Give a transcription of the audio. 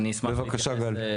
בבקשה, גל.